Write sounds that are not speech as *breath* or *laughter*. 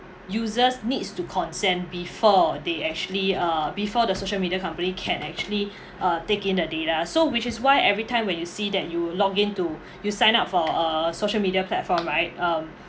users needs to consent before they actually uh before the social media company can actually *breath* uh take in the data so which is why every time when you see that you log into *breath* you sign-up for uh social media platform right um